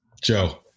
Joe